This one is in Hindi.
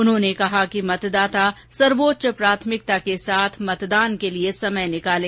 उन्होने कहा कि मतदाता सर्वोच्च प्राथमिकता के साथ मतदान के लिये समय निकालें